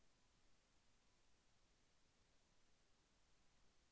ఖాతా తెరవడం కొరకు ఏమి ప్రూఫ్లు కావాలి?